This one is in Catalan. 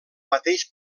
mateix